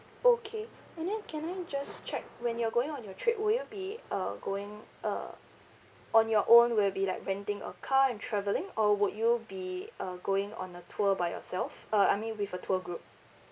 okay and then can I just check when you are going on your trip will you be uh going uh on your own will be like renting a car and travelling or would you be uh going on a tour by yourself uh I mean with a tour group